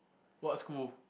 what school